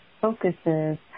focuses